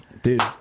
Dude